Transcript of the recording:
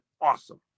awesome